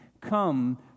come